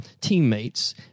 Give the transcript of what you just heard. teammates